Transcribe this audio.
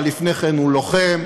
אבל לפני כן הוא לוחם,